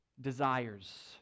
desires